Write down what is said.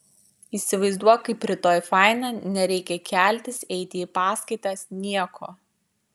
įsivaizduok kaip rytoj faina nereikia keltis eiti į paskaitas nieko